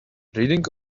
reading